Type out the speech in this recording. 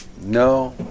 No